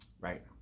right